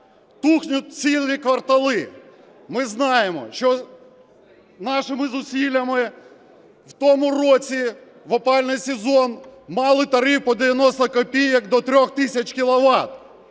Тухнуть цілі квартали. Ми знаємо, що нашими зусиллями в тому році в опалювальний сезон мали тариф про 90 копійок до 3 тисяч кіловат.